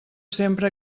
sempre